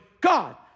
God